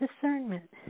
discernment